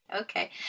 okay